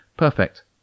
Perfect